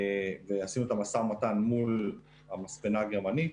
ועשינו את המשא ומתן מול המספנה הגרמנית,